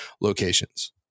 locations